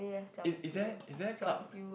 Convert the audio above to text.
is is there is there club